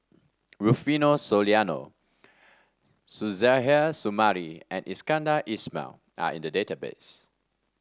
Rufino Soliano Suzairhe Sumari and Iskandar Ismail are in the database